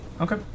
Okay